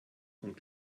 und